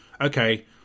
okay